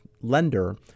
lender